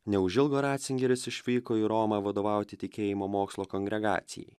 neužilgo racingeris išvyko į romą vadovauti tikėjimo mokslo kongregacijai